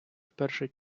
вперше